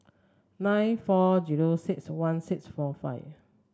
nine four zero six one six four five